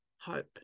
hope